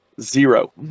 zero